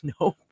Nope